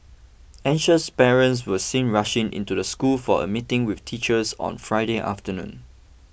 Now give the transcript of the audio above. anxious parents were seen rushing into the school for a meeting with teachers on Friday afternoon